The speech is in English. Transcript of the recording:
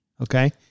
okay